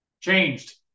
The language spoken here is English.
Changed